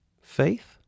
Faith